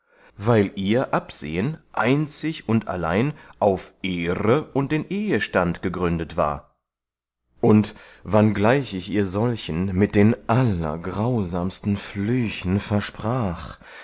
weil ihr absehen einzig und allein auf ehre und den ehestand gegründet war und wanngleich ich ihr solchen mit den allergrausamsten flüchen versprach